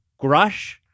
Grush